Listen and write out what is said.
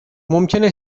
ممکنه